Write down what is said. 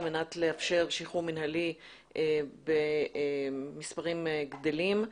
מנת לאפשר שחרור מנהלי במספרים גדלים.